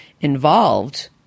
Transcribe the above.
involved